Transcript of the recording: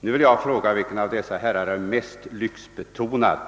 Nu vill jag fråga: Vilket av dessa båda byggen är det mest lyxbetonade?